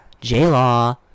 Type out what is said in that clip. J-Law